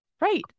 Right